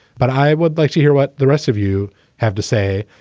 but i would like to hear what the rest of you have to say,